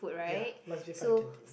ya must be from the canteen